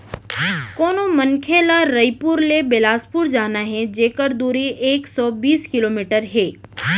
कोनो मनखे ल रइपुर ले बेलासपुर जाना हे जेकर दूरी ह एक सौ बीस किलोमीटर हे